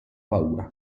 paura